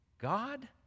God